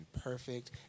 perfect